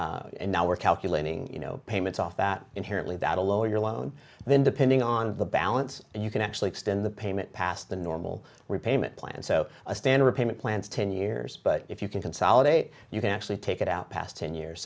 and now we're calculating you know payments off that inherently that'll lower your loan then depending on the balance you can actually extend the payment past the normal repayment plan so a standard payment plans ten years but if you can consolidate you can actually take it out past ten years